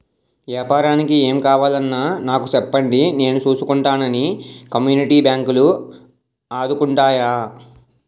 ఏపారానికి ఏం కావాలన్నా నాకు సెప్పండి నేను సూసుకుంటానని కమ్యూనిటీ బాంకులు ఆదుకుంటాయిరా